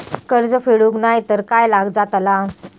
कर्ज फेडूक नाय तर काय जाताला?